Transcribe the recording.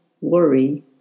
worry